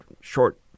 short